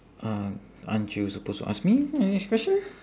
uh aren't you supposed to ask me the next question